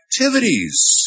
activities